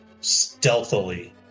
stealthily